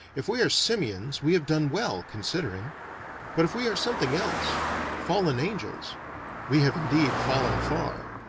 if we are simians we have done well, considering but if we are something else fallen angels we have indeed fallen far.